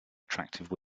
attractive